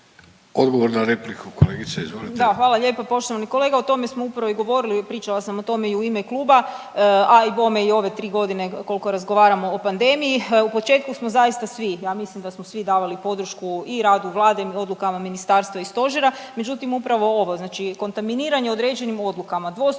Odgovor na repliku. Kolegice izvolite.